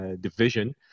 division